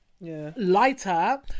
lighter